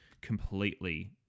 completely